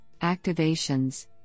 activations